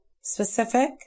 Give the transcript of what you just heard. Specific